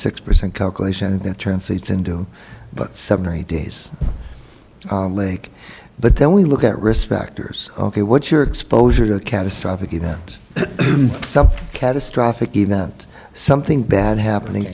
six percent calculation and that translates into but seven or eight days lake but then we look at risk factors ok what's your exposure to a catastrophic event something catastrophic event something bad happening